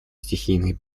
стихийных